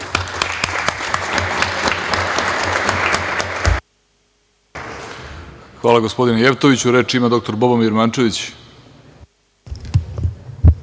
Hvala gospodine Jevtoviću. Reč ima dr Boban Birmančević.